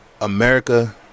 America